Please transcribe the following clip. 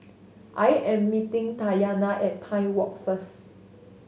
I am meeting Tatyanna at Pine Walk first